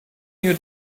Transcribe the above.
new